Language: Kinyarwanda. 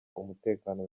umutekano